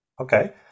Okay